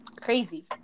Crazy